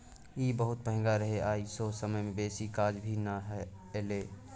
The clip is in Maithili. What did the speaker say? ई बहुत महंगा रहे आ ओ समय में बेसी काज भी नै एले